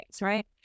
right